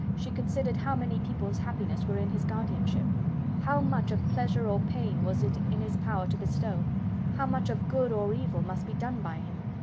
she considered how many people's happiness were in his guardianship how much of pleasure or pain was it in his power to bestow how much of good or evil must be done by him!